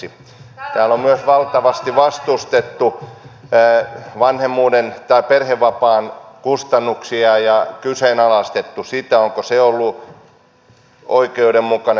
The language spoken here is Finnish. täällä on myös valtavasti vastustettu vanhemmuuden tai perhevapaan kustannuksia ja kyseenalaistettu sitä onko se ollut oikeudenmukainen